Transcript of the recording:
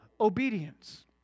obedience